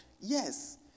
Yes